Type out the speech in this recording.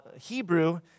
Hebrew